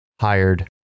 hired